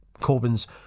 Corbyn's